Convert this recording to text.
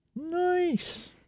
Nice